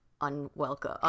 unwelcome